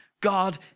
God